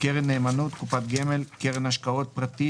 קרן נאמנות, קופת גמל, קרן השקעה פרטית,